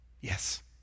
yes